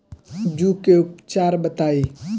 जूं के उपचार बताई?